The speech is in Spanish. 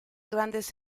grandes